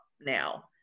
now